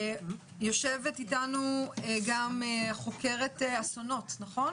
יושבת איתנו חוקרת אסונות, דוקטור בלאו.